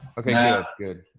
okay yeah good.